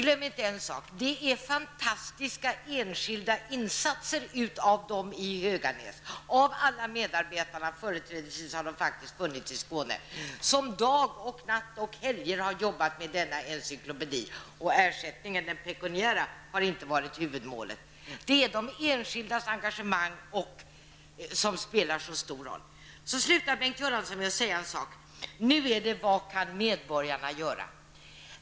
Glöm inte att det är fråga om fantastiska enskilda insatser av alla medarbetarna i Höganäs -- dessa har faktiskt företrädesvis funnits i Skåne -- som dag och natt och under helger har jobbat med denna encyklopedi. Och ersättningen, den pekuniära, har inte varit huvudmålet. Det är de enskildas engagemang som spelar så stor roll. Så slutar Bengt Göransson med att säga: Nu gäller det vad medborgarna kan göra.